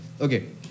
Okay